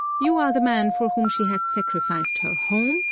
you are the man for whom she has sacrificed her home,